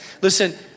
Listen